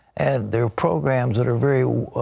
and there are programs that are very